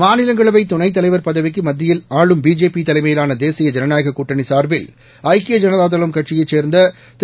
மாநிலங்களவை துணைத் தலைவர் பதவிக்கு மத்தியில் ஆளும் பிஜேபி தலைமையிலான தேசிய ஜனநாயக கூட்டனி சார்பில் ஐக்கிய ஐனதா தளம் கட்சியைச் சேர்ந்த திரு